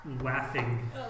laughing